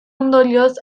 ondorioz